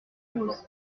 prose